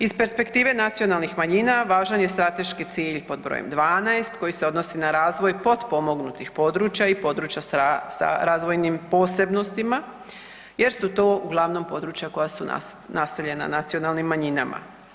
Iz perspektive nacionalnih manjina važan je strateški cilj pod brojem 12 koji se odnosi na razvoj potpomognutih područjima i područja sa razvojnim posebnostima jer su to uglavnom područja koja su naseljena nacionalnim manjinama.